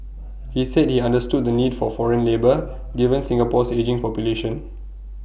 he said he understood the need for foreign labour given Singapore's ageing population